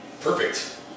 perfect